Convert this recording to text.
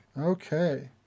Okay